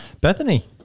Bethany